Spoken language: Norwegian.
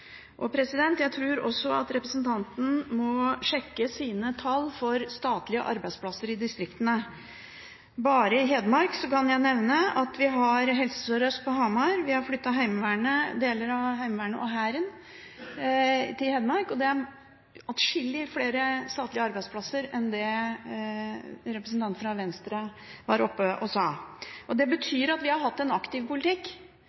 Jeg tror også at representanten må sjekke sine tall for statlige arbeidsplasser i distriktene. Jeg kan nevne at bare i Hedmark har vi Helse Sør-Øst på Hamar, vi har flyttet deler av Heimevernet og Hæren til Hedmark, og det er atskillig flere statlige arbeidsplasser enn det representanten fra Venstre sa. Det betyr at vi har hatt en aktiv politikk.